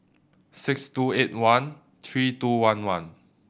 six two eight one three two one one